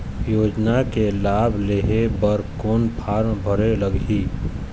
योजना के लाभ लेहे बर कोन फार्म भरे लगही?